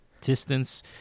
distance